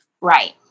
Right